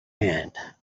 hand